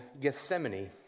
Gethsemane